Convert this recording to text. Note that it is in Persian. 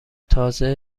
تازه